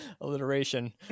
alliteration